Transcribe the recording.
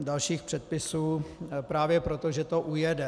Dalších předpisů právě proto, že to ujede.